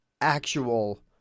actual